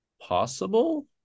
possible